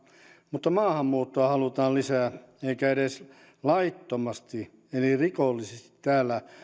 mutta maahanmuuttoa halutaan lisää eikä edes laittomasti eli rikollisesti täällä